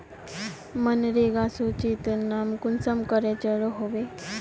मनरेगा सूचित नाम कुंसम करे चढ़ो होबे?